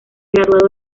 graduado